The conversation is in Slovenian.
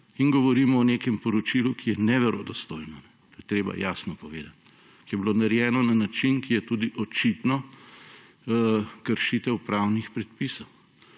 in govorimo o nekem poročilu, ki je neverodostojno, to je treba jasno povedati, ki je bilo narejeno na način, ki je tudi očitno kršitev pravnih predpisov.